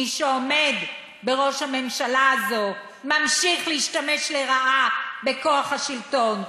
מי שעומד בראש הממשלה הזאת ממשיך להשתמש לרעה בכוח השלטון.